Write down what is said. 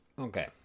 Okay